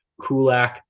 Kulak